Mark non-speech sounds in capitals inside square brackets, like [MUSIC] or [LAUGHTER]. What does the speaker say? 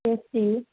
[UNINTELLIGIBLE]